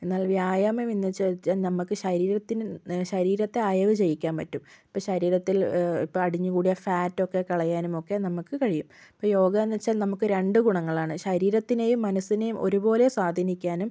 എന്നാൽ വ്യായാമം എന്നുവെച്ചാൽ നമുക്ക് ശരീരത്തിനും ശരീരത്തെ അയവ് ചെയ്യിക്കാൻ പറ്റും ഇപ്പോൾ ശരീരത്തിൽ ഇപ്പോൾ അടിഞ്ഞുകൂടിയ ഫാറ്റൊക്കെ കളയാനും ഒക്കെ നമുക്ക് കഴിയും ഇപ്പം യോഗയെന്നു വെച്ചാൽ നമുക്ക് രണ്ട് ഗുണങ്ങളാണ് ശരീരത്തിനെയും മനസ്സിനെയും ഒരുപോലെ സ്വാധീനിക്കാനും